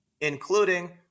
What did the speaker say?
including